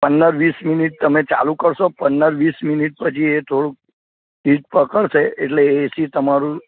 પંદર વીસ મિનિટ તમે ચાલુ કરશો પંદર વીસ મિનિટ પછી એ થોડુંક હીટ પકડશે એટલે એસી તમારું